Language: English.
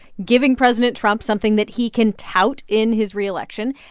giving president trump something that he can tout in his re-election.